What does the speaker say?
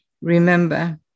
remember